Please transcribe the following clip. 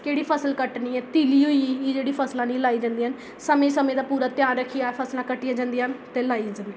केह्ड़ी फसल कट्टनी ऐ तिली होई एह् जेह्ड़ी एह् फसलां जेह्ड़ियां लाई जंदियां न ते समें समें दा पूरा ध्यान रक्खियै फसला कट्टियां जंदियां न ते लाई जंदियां न